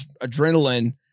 adrenaline